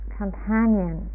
companion